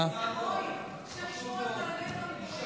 הראשונה ותעבור לדיון בוועדת החוקה,